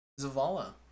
Zavala